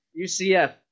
UCF